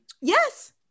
Yes